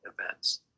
events